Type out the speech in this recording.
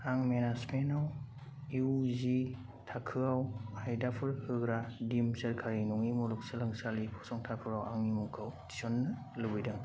आं मेनेजमेन्टआव इउजि थाखोआव आयदाफोर होग्रा दिम्ड सोरखारि नङि मुलुगसोंलोंसालि फसंथानफोराव आंनि मुंखौ थिसन्नो लुबैदों